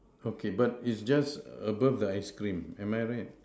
okay but it's just above the ice cream am I right